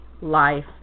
life